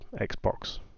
Xbox